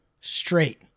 Straight